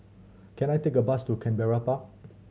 can I take a bus to Canberra Park